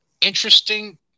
interesting